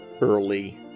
early